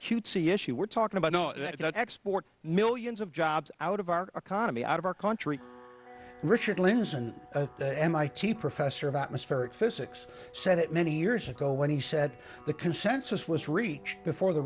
cutesy issue we're talking about no not export millions of jobs out of our economy out of our country richard lindzen the mit professor of atmospheric physics said it many years ago when he said the consensus was reached before the